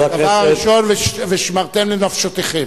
דבר ראשון, ונשמרתם לנפשותיכם.